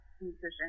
musician